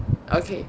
okay